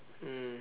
mm